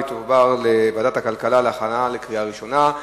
והיא תועבר לוועדת הכלכלה להכנה לקריאה ראשונה.